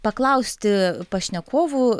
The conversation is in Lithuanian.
paklausti pašnekovų